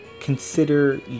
Consider